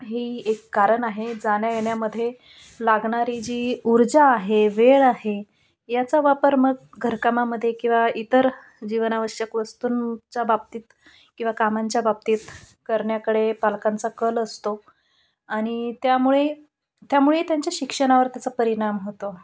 ही एक कारण आहे जाण्या येण्यामध्ये लागणारी जी ऊर्जा आहे वेळ आहे याचा वापर मग घरकामामध्ये किंवा इतर जीवनावश्यक वस्तूंच्या बाबतीत किंवा कामांच्या बाबतीत करण्याकडे पालकांचा कल असतो आणि त्यामुळे त्यामुळे त्यांच्या शिक्षणावर त्याचा परिणाम होतो